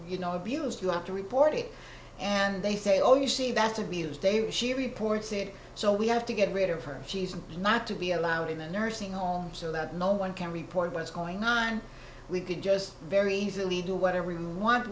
you know abused you have to report it and they say oh you see back to be as they were she reports it so we have to get rid of her she's not to be allowed in the nursing home so that no one can report what's going on we could just very easily do whatever you want